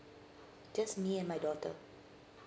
just me and my daughter